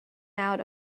out